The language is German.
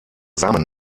samen